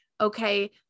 okay